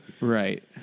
Right